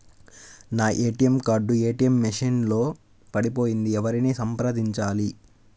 నా ATM card ATM machine లో పడిపోయింది ఎవరిని సంప్రదించాలి?